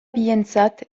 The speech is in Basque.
bientzat